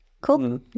cool